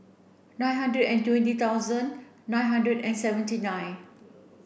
nine hundred and twenty thousand nine hundred and seventy nine